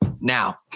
Now